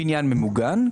בניין ממוגן,